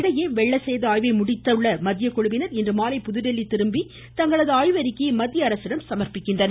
இதனிடையே வெள்ள சேத ஆய்வை முடித்துள்ள மத்திய குழுவினர் இன்று மாலை புதுதில்லி திரும்பி தங்களது ஆய்வறிக்கையை மத்திய அரசிடம் சமர்பிக்க உள்ளனர்